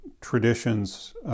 traditions